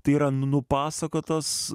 tai yra nupasakotas